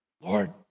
Lord